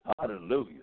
Hallelujah